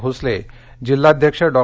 भोसले जिल्हाध्यक्ष डॉ